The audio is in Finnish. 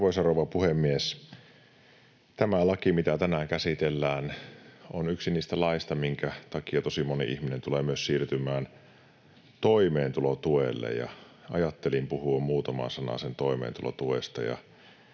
Arvoisa rouva puhemies! Tämä laki, mitä tänään käsitellään, on yksi niistä laeista, minkä takia tosi moni ihminen tulee myös siirtymään toimeentulotuelle, ja ajattelin puhua muutaman sanasen toimeentulotuesta.